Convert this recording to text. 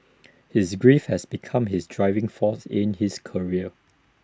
his grief has become his driving force in his career